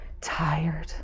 Tired